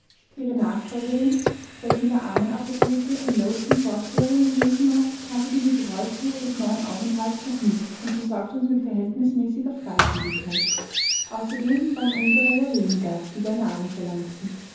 ihre nachfolgerin welche in der armenapotheke in lowton vorsteherin gewesen war kannte die gebräuche ihres neuen aufenthalts noch nicht und versorgte uns mit verhältnismäßiger freigebigkeit außerdem waren unserer ja weniger die da nahrung verlangten